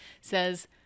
says